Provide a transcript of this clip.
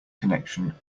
connection